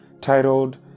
titled